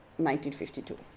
1952